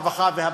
הרווחה והבריאות,